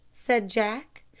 said jack.